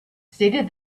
stated